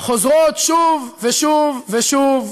חוזרים שוב ושוב ושוב,